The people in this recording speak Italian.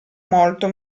molto